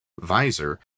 visor